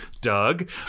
Doug